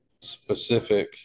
specific